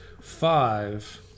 Five